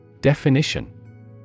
Definition